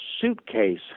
suitcase